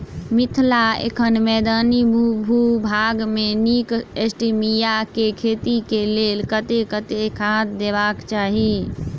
मिथिला एखन मैदानी भूभाग मे नीक स्टीबिया केँ खेती केँ लेल कतेक कतेक खाद देबाक चाहि?